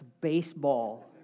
baseball